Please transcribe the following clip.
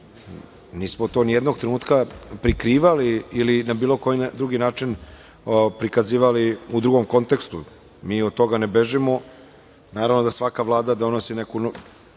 Nismo to ni jednog trenutka prikrivali ili na bilo koji drugi način prikazivali u drugom kontekstu. Mi od toga ne bežimo. Naravno da svaka Vlada donosi